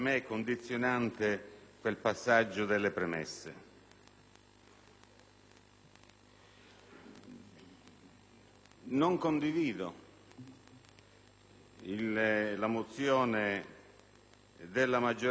Non condivido inoltre la mozione della maggioranza, perché, per quanto l'abbia letta e riletta, non dice nulla.